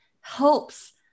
helps